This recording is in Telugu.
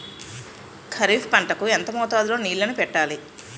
ఖరిఫ్ పంట కు ఎంత మోతాదులో నీళ్ళని పెట్టాలి?